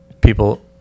people